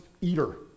eater